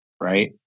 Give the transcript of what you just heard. right